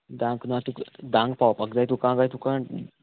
धांक ना तुका धांक पावपाक जाय तुका गाय तुका